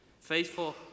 faithful